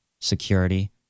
security